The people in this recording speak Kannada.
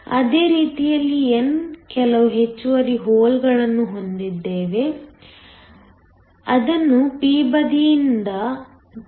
ಅದೇ ರೀತಿಯಲ್ಲಿ ನಾವು ಕೆಲವು ಹೆಚ್ಚುವರಿ ಹೋಲ್ಗಳನ್ನು ಹೊಂದಿದ್ದೇವೆ ಅದನ್ನು p ಬದಿಯನಿಂದ ಚುಚ್ಚಲಾಗುತ್ತದೆ